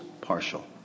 partial